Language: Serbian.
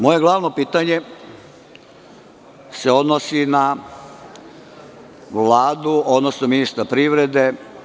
Moje glavno pitanje se odnosi na Vladu, odnosno ministra privrede.